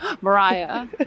Mariah